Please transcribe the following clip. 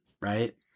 right